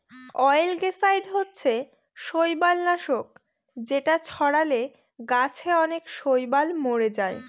অয়েলগেসাইড হচ্ছে শৈবাল নাশক যেটা ছড়ালে গাছে অনেক শৈবাল মোরে যায়